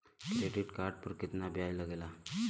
Credit card पर कितना ब्याज लगेला?